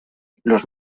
los